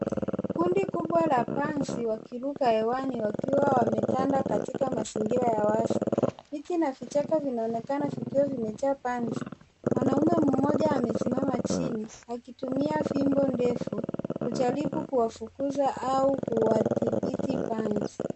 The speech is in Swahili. Kundi kubwa la panzi wakiruka hewani wakiwa wametanda katika mazingira ya wazi, viti na vichaka vinaonekana vikiwa vimejaa panzi , mwanamme mmoja amesimama chini akituambia fimbo akijaribu kuwafukuza panzi au kuwatibithi panzi.